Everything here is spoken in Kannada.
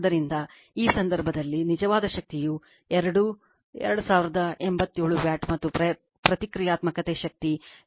ಆದ್ದರಿಂದ ಈ ಸಂದರ್ಭದಲ್ಲಿ ನಿಜವಾದ ಶಕ್ತಿಯು ಎರಡು 2087 ವ್ಯಾಟ್ ಮತ್ತು ಪ್ರತಿಕ್ರಿಯಾತ್ಮಕ ಶಕ್ತಿ 834